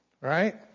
Right